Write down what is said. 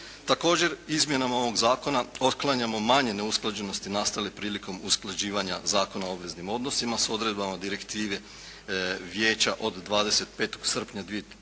Također, izmjenama ovog zakona otklanjamo manje neusklađenosti nastale prilikom usklađivanja Zakona o obveznim odnosima sa odredbama direktive Vijeća od 25. srpnja 1985.